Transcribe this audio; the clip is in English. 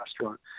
restaurant